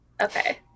okay